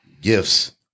gifts